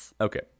okay